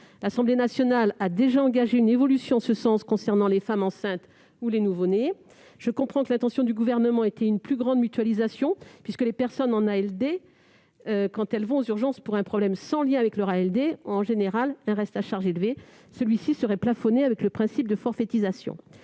L'Assemblée nationale a déjà engagé une évolution en ce sens concernant les femmes enceintes ou les nouveau-nés. Je comprends que l'intention du Gouvernement était d'instaurer une plus grande mutualisation puisque les personnes en ALD, quand elles vont aux urgences pour un problème sans lien avec cette affection, ont en général un reste à charge élevé. Celui-ci serait plafonné avec le principe de forfaitisation.